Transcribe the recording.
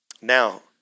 Now